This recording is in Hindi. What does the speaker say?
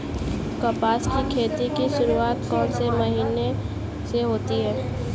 कपास की खेती की शुरुआत कौन से महीने से होती है?